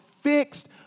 fixed